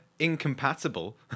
incompatible